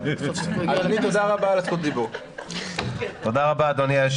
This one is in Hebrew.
אדוני, תודה רבה על זכות הדיבור.